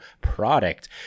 product